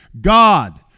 God